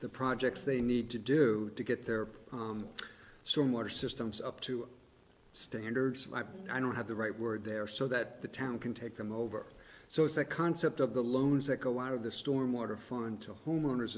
the projects they need to do to get their some water systems up to standards i don't have the right word there so that the town can take them over so it's the concept of the loans that go out of the storm water fund to homeowners